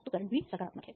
तो करंट भी सकारात्मक है